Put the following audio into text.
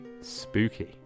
spooky